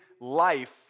life